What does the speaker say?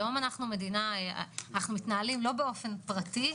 היום אנחנו מתנהלים לא באופן פרטי.